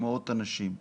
מאות אנשים.